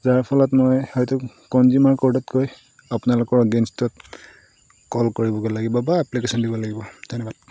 যাৰফলত মই হয়টো কনজিউমাৰ ক'ৰ্টত গৈ আপোনালোকৰ এগেইনষ্টত ক'ল কৰিবগৈ লাগিব বা এপ্লিকেশ্যন দিব লাগিব ধন্যবাদ